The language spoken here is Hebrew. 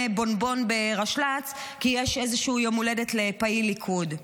בונבון בראשל"צ כי יש איזשהו יום הולדת לפעיל ליכוד.